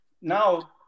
now